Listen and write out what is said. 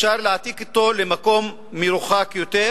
אפשר להעתיק אותו למקום מרוחק יותר,